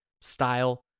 style